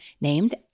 named